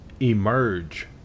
emerge